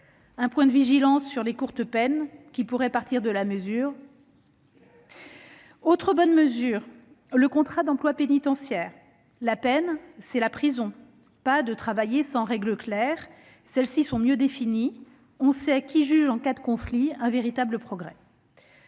Un point de vigilance, toutefois, sur les courtes peines qui pourraient partir de la mesure. Autre bonne mesure, le contrat d'emploi pénitentiaire. La peine, c'est la prison, pas le travail sans règles claires. Celles-ci sont mieux définies, on sait qui juge en cas de conflit : c'est un véritable progrès.